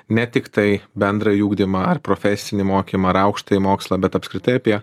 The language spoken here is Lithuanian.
ne tiktai bendrąjį ugdymą ar profesinį mokymą ar aukštąjį mokslą bet apskritai apie